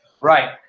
Right